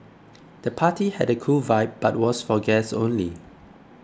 the party had a cool vibe but was for guests only